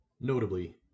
Notably